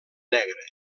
negra